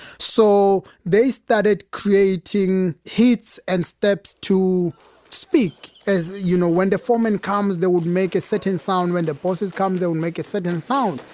so they started creating hits and steps to speak as you know, when the foreman comes, they would make a certain sound. when the bosses come, they would make a certain sound.